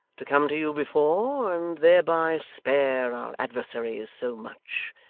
to come to you before, and thereby spare our adversaries so much,